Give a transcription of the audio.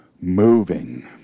moving